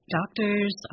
doctors